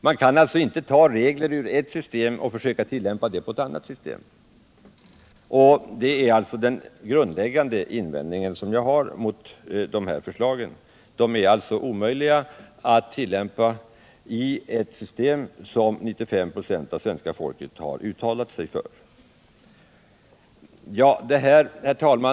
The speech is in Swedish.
Man kan inte ta regler ur ett system och försöka tillämpa dem på ett annat system. Det är den grundläggande invändning som jag har mot dessa förslag. De är alltså omöjliga att tillämpa i ett system som 95 926 av svenska folket uttalat sig för, nämligen marknadsekonomin.